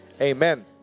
Amen